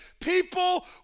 people